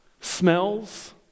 smells